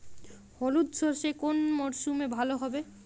হলুদ সর্ষে কোন মরশুমে ভালো হবে?